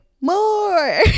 more